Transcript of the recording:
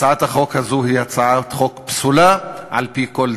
הצעת החוק הזאת היא הצעת חוק פסולה, על-פי כל דין.